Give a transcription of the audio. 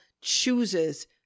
chooses